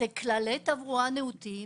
אלה כללי תברואה נאותים